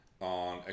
on